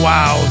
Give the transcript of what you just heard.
Wow